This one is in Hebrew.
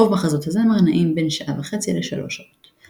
רוב מחזות הזמר נעים בין שעה וחצי לשלוש שעות.